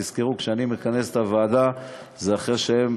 תזכרו, כשאני מכנס את הוועדה זה אחרי שהם